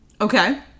Okay